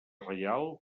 reial